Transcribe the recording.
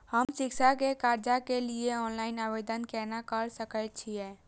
हम शिक्षा के कर्जा के लिय ऑनलाइन आवेदन केना कर सकल छियै?